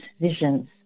visions